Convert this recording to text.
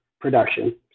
production